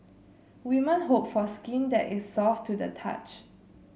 women hope for skin that is soft to the touch